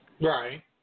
Right